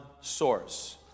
source